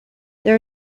there